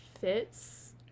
fits